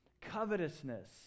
covetousness